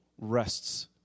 rests